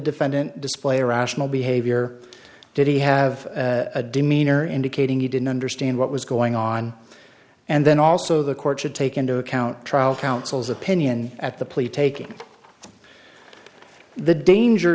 defendant display irrational behavior did he have a demeanor indicating he didn't understand what was going on and then also the court should take into account trial counsel's opinion at the police taking the danger